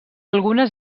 algunes